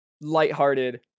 lighthearted